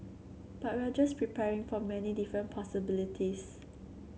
but we're just preparing for many different possibilities